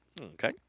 Okay